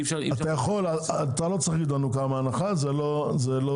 אתה לא צריך להגיד לנו כמה הנחה זה לא מתאים.